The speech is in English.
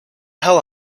hell